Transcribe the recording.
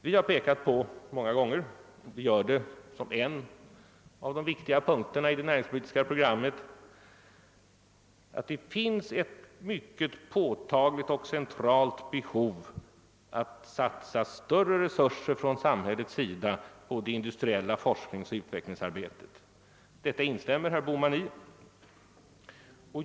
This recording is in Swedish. Vi har många gånger pekat på vi gör det som en av de viktiga punkterna i det näringspolitiska programmet — att det finns ett mycket påtagligt och centralt behov av att satsa större resurser från samhällets sida på det industriella forskningsoch utvecklingsarbetet. Detta instämmer herr Bohman i.